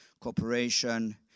Cooperation